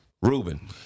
Ruben